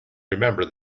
remember